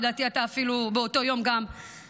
לדעתי אתה אפילו באותו יום גם פתחת,